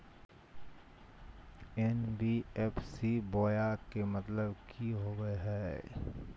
NBFC बोया के मतलब कि होवे हय?